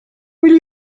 will